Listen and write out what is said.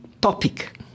topic